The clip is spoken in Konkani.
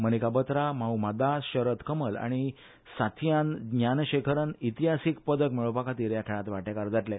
मनिका बत्रा माउमा दास शरद कमल आनी साथियान ज्ञानशेखरन इतिहासिक पदक मेळोपाखातीर ह्या खेळात वाटेकार जातले